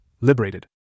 liberated